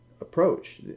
approach